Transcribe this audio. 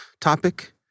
topic